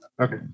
Okay